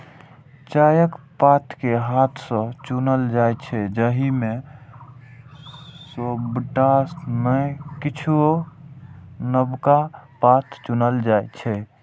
चायक पात कें हाथ सं चुनल जाइ छै, जाहि मे सबटा नै किछुए नवका पात चुनल जाइ छै